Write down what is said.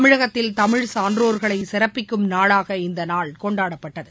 தமிழகத்தில் தமிழ் சான்றோர்களை சிறப்பிக்கும் நாளாக இந்த நாள் கொண்டாடப்பட்டது